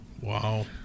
Wow